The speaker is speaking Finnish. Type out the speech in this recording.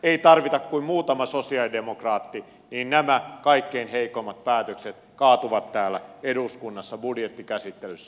ei tarvita kuin muutama sosialidemokraatti niin nämä kaikkein heikoimmat päätökset kaatuvat täällä eduskunnassa budjettikäsittelyssä